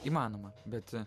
įmanoma bet